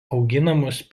auginamos